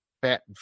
fat